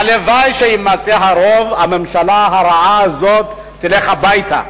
הלוואי שיימצא הרוב כדי שהממשלה הרעה הזאת תלך הביתה.